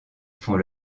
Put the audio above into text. font